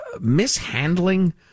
mishandling